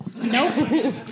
Nope